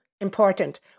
important